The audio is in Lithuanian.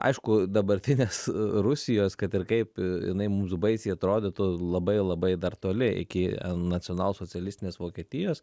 aišku dabartinės rusijos kad ir kaip jinai mums baisiai atrodytų labai labai dar toli iki nacionalsocialistinės vokietijos